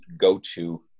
go-to